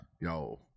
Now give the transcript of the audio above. Yo